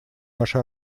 наши